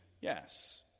yes